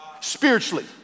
spiritually